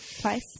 Twice